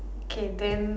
okay then